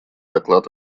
доклад